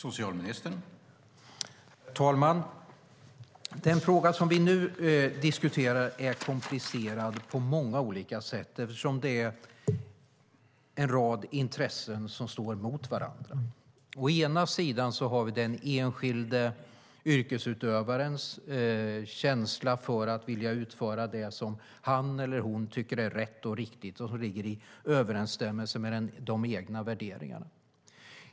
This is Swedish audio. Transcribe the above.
Herr talman! Den fråga vi nu diskuterar är komplicerad på många olika sätt. Det är en rad intressen som står emot varandra. Å ena sidan har vi den enskilde yrkesutövarens känsla för att vilja utföra det som han eller hon tycker är rätt och riktigt och står i överensstämmelse med de egna värderingarna.